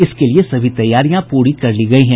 इसके लिए सभी तैयारियां पूरी कर ली गयी हैं